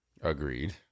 Agreed